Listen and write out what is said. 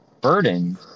burden